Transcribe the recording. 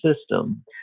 system